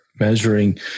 measuring